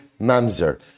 mamzer